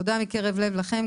תודה מקרב לב לכם,